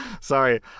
Sorry